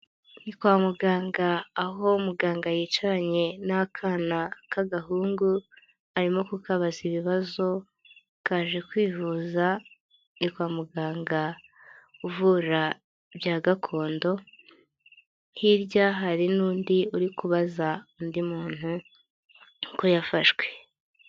Ni kwa muganga aho muganga yicaranye n'akana k'agahungu arimo kubaza ibibazo kaje kwivuza kwa muganga uvura bya gakondo, hirya hari n'undi uri kubaza undi muntu uko yafashwe.